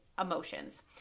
emotions